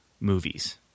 movies